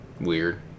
weird